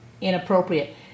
inappropriate